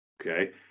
okay